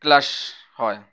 class হয়